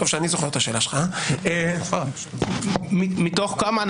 אנחנו לא יודעים להגיד מתוך כמה.